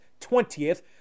20th